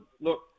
Look